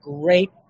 great